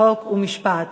חוק ומשפט נתקבלה.